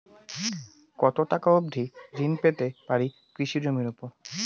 কত টাকা অবধি ঋণ পেতে পারি কৃষি জমির উপর?